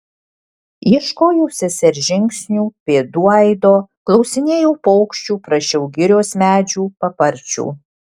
ieškojau sesers žingsnių pėdų aido klausinėjau paukščių prašiau girios medžių paparčių